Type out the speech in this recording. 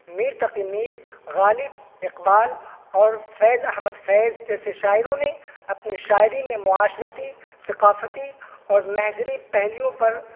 میر تقی میر غالب اقبال اور فیض احمد فیض جیسے شاعروں نے اپنی شاعری میں معاشرتی ثقافتی اور مذہبی پہلو پر